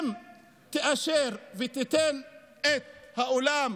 אם תאשר ותיתן את האולם